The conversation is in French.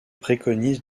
préconise